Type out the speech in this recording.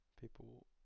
People